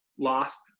lost